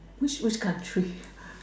which which country